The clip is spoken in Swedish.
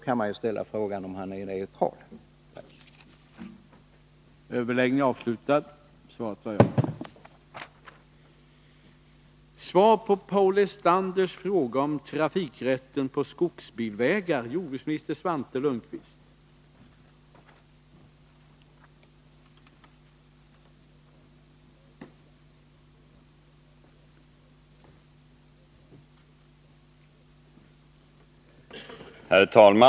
Man kan ställa frågan om han i detta fall är neutral.